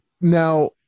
Now